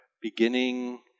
beginning